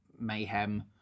mayhem